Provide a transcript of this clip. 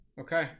Okay